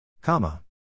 Comma